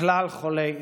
וכלל חולי ישראל.